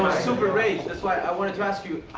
super rage. that's why i wanted to ask you,